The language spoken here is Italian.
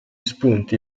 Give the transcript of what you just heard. spunti